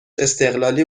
استقلالی